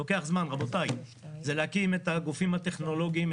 זה להקים את הגופים הטכנולוגיים,